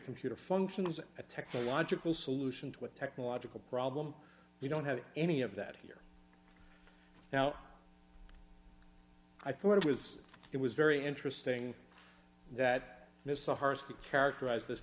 computer functions a technological solution to a technological problem we don't have any of that here now i thought it was it was very interesting that it is so hard to characterize